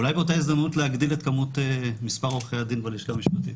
אולי באותה הזדמנות להגדיל את מספר עורכי הדין בלשכה המשפטית,